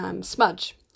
smudge